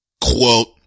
Quote